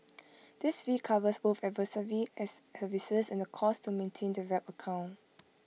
this fee covers both advisory as and cost to maintain the wrap account